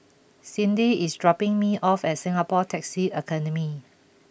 Cindy is dropping me off at Singapore Taxi Academy